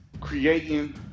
creating